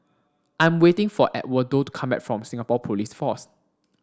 I'm waiting for Edwardo to come back from Singapore Police Force